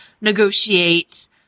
negotiate